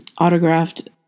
autographed